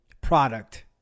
product